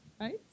right